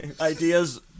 ideas